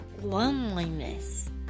loneliness